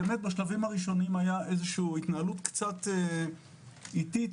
בשלבים הראשונים היתה התנהלות קצת איטית,